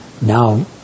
Now